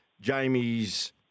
Jamie's